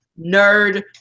Nerd